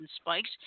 Spikes